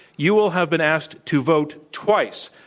you will have been asked to vote twice,